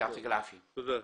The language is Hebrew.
תודה רבה.